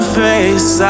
face